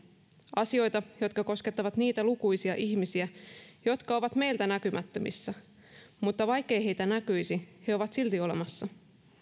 asioita jotka koskettavat niitä lukuisia ihmisiä jotka ovat meiltä näkymättömissä mutta vaikkei heitä näkyisi he ovat silti olemassa